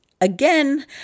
again